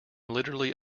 literally